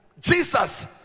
Jesus